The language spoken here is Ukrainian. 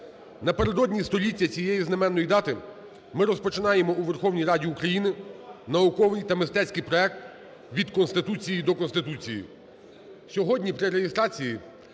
Напередодні століття цієї знаменної дати ми розпочинаємо у Верховній Раді України науковий та мистецький проект "Від Конституції до Конституції".